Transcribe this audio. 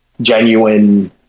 genuine